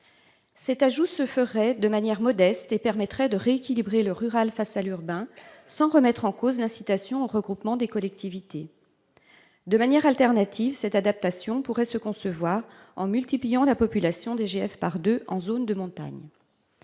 Cet ajout se ferait de manière modeste et permettrait de rééquilibrer le rural face à l'urbain, sans remettre en cause l'incitation au regroupement des collectivités. Autre solution alternative, cette adaptation pourrait se concevoir en multipliant la population DGF par deux en zone de montagne.